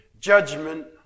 judgment